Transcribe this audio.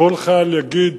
כל חייל יגיד: